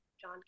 John